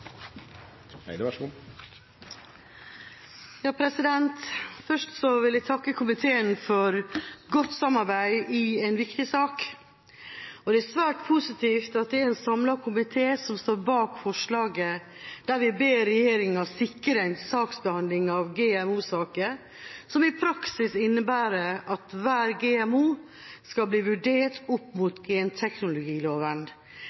svært positivt at det er en samlet komité som står bak forslaget der vi ber regjeringa sikre en saksbehandling av GMO-saker som i praksis innebærer at hver GMO skal bli vurdert opp